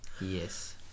Yes